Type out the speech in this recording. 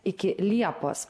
iki liepos